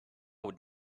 would